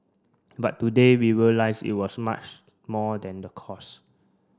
but today we realise it was much more than the cost